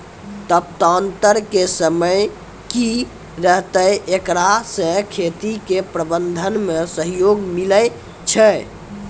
तापान्तर के समय की रहतै एकरा से खेती के प्रबंधन मे सहयोग मिलैय छैय?